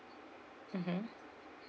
mmhmm